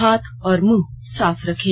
हाथ और मुंह साफ रखें